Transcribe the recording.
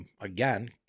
again